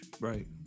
Right